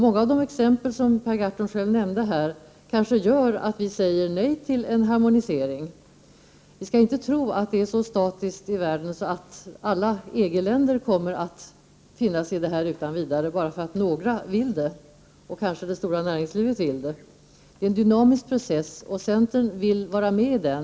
Många av de exempel som Per Gahrton själv nämnde kanske gör att vi säger nej till en harmonisering. Och vi skall inte tro att det är så statiskt i världen att alla EG-länder utan vidare kommer att finna sig i det som nu diskuteras, bara för att några vill det och storföretagsamheten kanske vill det. Det är en dynamisk process som pågår, och centern vill vara med i den.